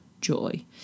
joy